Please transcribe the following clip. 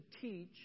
teach